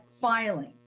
filing